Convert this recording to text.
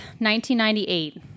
1998